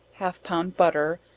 half pound butter,